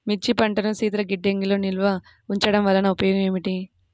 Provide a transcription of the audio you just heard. మిర్చి పంటను శీతల గిడ్డంగిలో నిల్వ ఉంచటం వలన ఉపయోగం ఏమిటి?